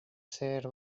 ser